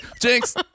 Jinx